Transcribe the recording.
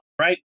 right